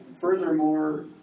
Furthermore